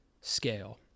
scale